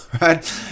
right